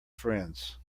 friends